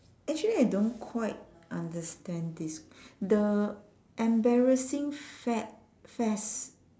actually I don't quite understand this the embarrassing fad fest